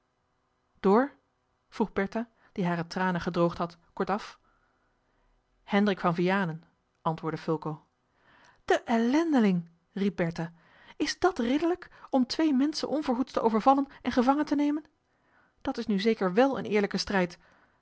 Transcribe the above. door vroeg bertha die hare tranen gedroogd had kortaf hendrik van vianen antwoordde fulco de ellendeling riep bertha is dat ridderlijk om twee menschen onverhoeds te overvallen en gevangen te nemen dat is nu zeker wèl een eerlijke strijd